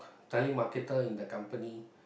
telemarketer in the company